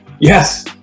Yes